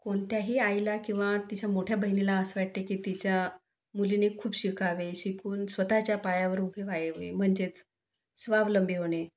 कोणत्याही आईला किंवा तिच्या मोठ्या बहिणीला असं वाटते की तिच्या मुलीने खूप शिकावे शिकून स्वतःच्या पायावर उभे रहावे म्हणजेच स्वावलंबी होणे